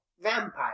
vampire